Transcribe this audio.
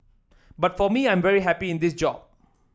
but for me I am very happy in this job